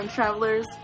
Travelers